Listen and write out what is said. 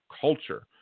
culture